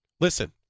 Listen